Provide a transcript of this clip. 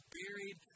buried